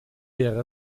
wäre